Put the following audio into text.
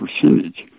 percentage